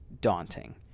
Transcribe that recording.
daunting